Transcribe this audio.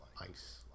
ice